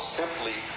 simply